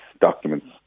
documents